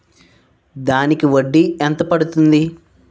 దానికి వడ్డీ ఎంత పడుతుంది?